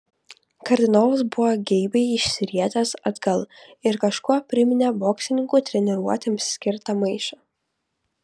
kardinolas buvo geibiai išsirietęs atgal ir kažkuo priminė boksininkų treniruotėms skirtą maišą